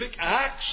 acts